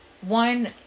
one